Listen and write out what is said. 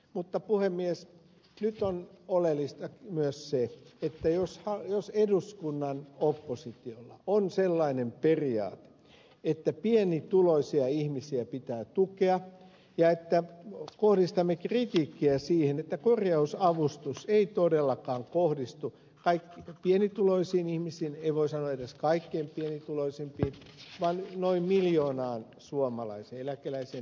mutta puhemies nyt on oleellista myös se että eduskunnan oppositiolla on sellainen periaate että pienituloisia ihmisiä pitää tukea ja kohdistamme kritiikkiä siihen että kun korjausavustus ei todellakaan kohdistu pienituloisiin ihmisiin ei voi edes sanoa että kaikkein pienituloisempiin noin miljoonaan suomalaiseen eläkeläiseen ja niin edelleen